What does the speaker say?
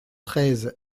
treize